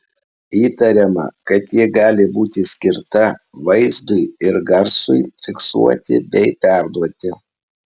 įtariama kad ji gali būti skirta vaizdui ir garsui fiksuoti bei perduoti